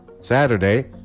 Saturday